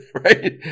right